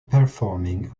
performing